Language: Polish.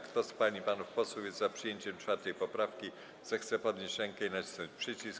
Kto z pań i panów posłów jest za przyjęciem 4. poprawki, zechce podnieść rękę i nacisnąć przycisk.